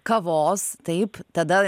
kavos taip tada